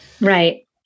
Right